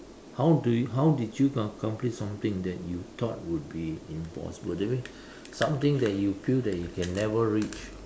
how do you how did you accomplish something that you thought would be impossible that means something that you feel that you can never reach